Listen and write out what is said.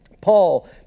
Paul